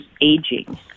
aging